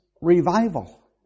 revival